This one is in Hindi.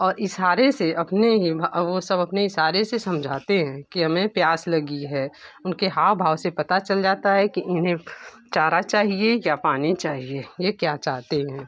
और इशारे से अपने ही वो सब अपने इशारे से समझाते हैं कि हमें प्यास लगी है उनके हाव भाव से पता चल जाता है कि इन्हें चारा चाहिए या पानी चाहिए ये क्या चाहते हैं